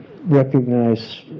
recognize